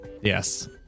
Yes